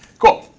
cool.